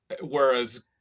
whereas